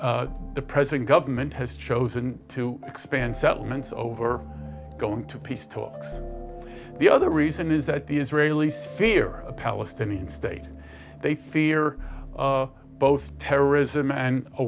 even the present government has chosen to expand settlements over going to peace talks the other reason is that the israelis fear a palestinian state they fear both terrorism and a